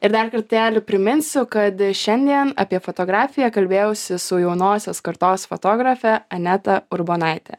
ir dar kartelį priminsiu kad šiandien apie fotografiją kalbėjausi su jaunosios kartos fotografė aneta urbonaite